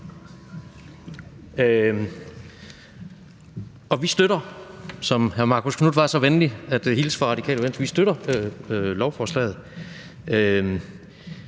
og vi støtter, som hr. Marcus Knuth var så venlig at hilse fra Radikale Venstre og sige, lovforslaget.